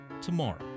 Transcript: tomorrow